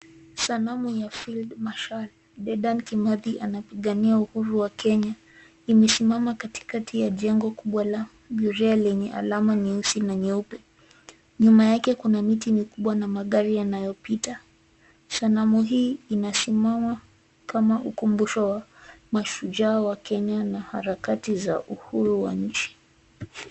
Sanamu ya Field Marshal Dedan Kimathi anapigania uhuru wa Kenya imesimama katikati ya jengo kubwa la burea lenye alama nyeusi na nyeupe. Nyuma yake kuna miti mikubwa na magari yanayopita. Sanamu hii inasimama kama ukumbusho wa mashujaa wa Kenya na harakati za uhuru wa nchi.